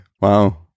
Wow